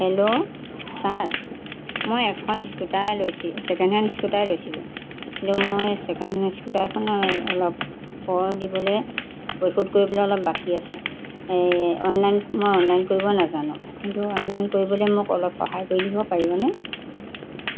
hello sir মই এখন scooter লৈছিল ছেকেণ্ড হেণ্ড স্কুটাৰ লৈছিলোঁ কিন্তু মই ছেকেণ্ড হেণ্ড স্কুটাৰখনৰ অলপ কৰ দিবলৈ পৰিশোধ কৰিবলৈ অলপ বাকী আছে এই অনলাইন মই অনলাইন কৰিব নাজানো কিন্তু অনলাইন কৰিবলৈ মোক অলপ সহায় কৰি দিব পাৰিবনে